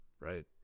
right